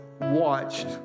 watched